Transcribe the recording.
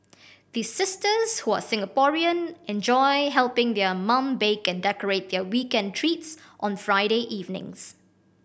the sisters who are Singaporean enjoy helping their mum bake and decorate their weekend treats on Friday evenings